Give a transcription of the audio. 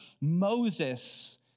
Moses